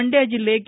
ಮಂಡ್ಡ ಜಿಲ್ಲೆ ಕೆ